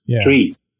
trees